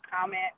comment